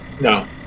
No